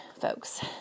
folks